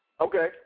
Okay